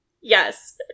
Yes